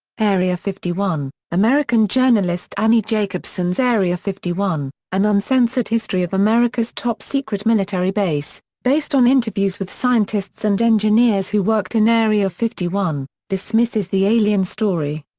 area fifty one american journalist annie jacobsen's area fifty one an uncensored history of america's top secret military base, based on interviews with scientists and engineers who worked in area fifty one, dismisses the alien story.